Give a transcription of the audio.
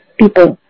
people